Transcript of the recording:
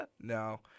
No